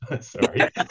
Sorry